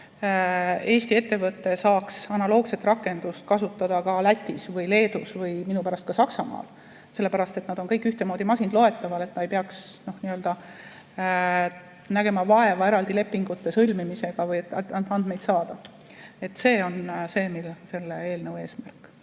Eesti ettevõte saaks analoogset rakendust kasutada ka Lätis või Leedus või minu pärast kas või Saksamaal, sellepärast et need andmed on kõik ühtemoodi masinloetavad. Ta ei peaks nägema vaeva eraldi lepingute sõlmimisega, et andmeid saada. See on selle eelnõu eesmärk.